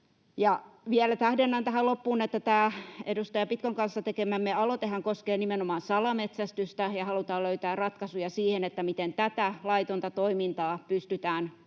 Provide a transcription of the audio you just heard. Vielä tähdennän tähän loppuun, että tämä edustaja Pitkon kanssa tekemämme aloitehan koskee nimenomaan salametsästystä ja haluamme löytää ratkaisuja siihen, miten tätä laitonta toimintaa pystytään